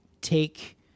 take